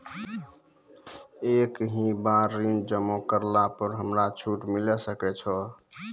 एक ही बार ऋण जमा करला पर हमरा छूट मिले सकय छै?